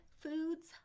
foods